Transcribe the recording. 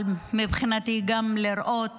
אבל מבחינתי גם לראות